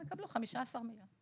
אז הם יקבלו 15 מיליון שקלים.